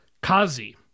Kazi